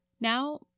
Now